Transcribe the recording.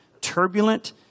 turbulent